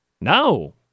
No